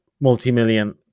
multi-million